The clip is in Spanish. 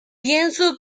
pienso